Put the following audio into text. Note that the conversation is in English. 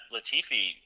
Latifi